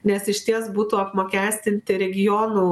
nes išties būtų apmokestinti regionų o